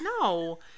No